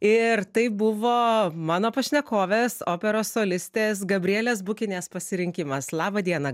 ir tai buvo mano pašnekovės operos solistės gabrielės bukinės pasirinkimas labą dieną